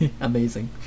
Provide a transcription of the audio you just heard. Amazing